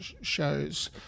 shows